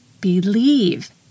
believe